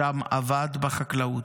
שם עבד בחקלאות,